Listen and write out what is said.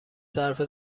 صرف